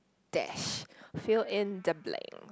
dash fill in the blank